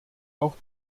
auch